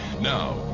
Now